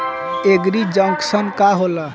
एगरी junction का होला?